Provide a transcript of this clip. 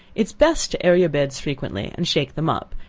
it is best to air your beds frequently, and shake them up,